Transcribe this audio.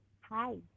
Hi